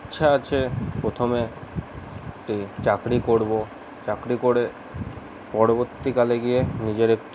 ইচ্ছা আছে প্রথমে চাকরি করব চাকরি করে পরবর্তীকালে গিয়ে নিজের একটি